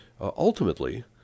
Ultimately